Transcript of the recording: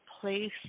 place